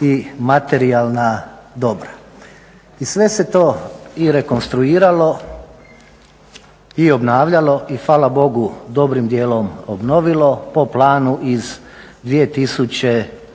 i materijalna dobra. I sve se to i rekonstruiralo i obnavljalo i hvala Bogu dobrim dijelom obnovilo po planu iz 1986.